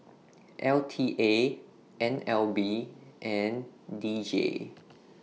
L T A N L B and D J